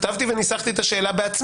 כתבתי את השאלה וניסחתי אותה בעצמי.